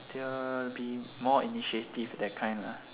till be more initiative that kind ah